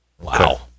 Wow